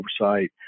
oversight